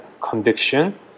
conviction